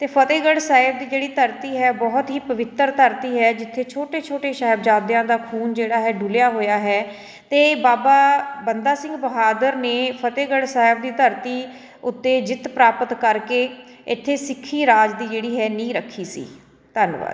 ਅਤੇ ਫਤਿਹਗੜ੍ਹ ਸਾਹਿਬ ਦੀ ਜਿਹੜੀ ਧਰਤੀ ਹੈ ਬਹੁਤ ਹੀ ਪਵਿੱਤਰ ਧਰਤੀ ਹੈ ਜਿੱਥੇ ਛੋਟੇ ਛੋਟੇ ਸਾਹਿਬਜ਼ਾਦਿਆਂ ਦਾ ਖੂਨ ਜਿਹੜਾ ਹੈ ਡੁੱਲਿਆ ਹੋਇਆ ਹੈ ਅਤੇ ਬਾਬਾ ਬੰਦਾ ਸਿੰਘ ਬਹਾਦਰ ਨੇ ਫਤਿਹਗੜ੍ਹ ਸਾਹਿਬ ਦੀ ਧਰਤੀ ਉੱਤੇ ਜਿੱਤ ਪ੍ਰਾਪਤ ਕਰਕੇ ਇੱਥੇ ਸਿੱਖੀ ਰਾਜ ਦੀ ਜਿਹੜੀ ਹੈ ਨੀਂਹ ਰੱਖੀ ਸੀ ਧੰਨਵਾਦ